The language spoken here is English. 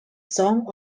song